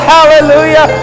Hallelujah